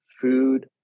food